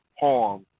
harm